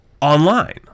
online